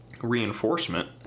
reinforcement